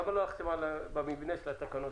למה שיניתם את מבנה התקנות?